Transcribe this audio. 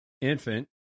Infant